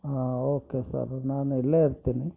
ಹಾಂ okay sir ನಾನು ಇಲ್ಲೇ ಇರ್ತೀನಿ